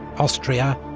austria,